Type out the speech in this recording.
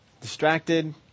Distracted